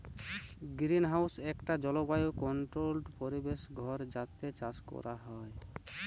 greenhouse একটা জলবায়ু controlled পরিবেশ ঘর যাতে চাষ কোরা হয়